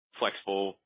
flexible